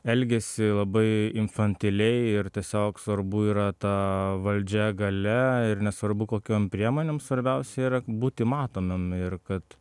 elgiasi labai infantiliai ir tiesiog svarbu yra ta valdžia galia ir nesvarbu kokiom priemonėm svarbiausia yra būti matomem ir kad